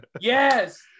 Yes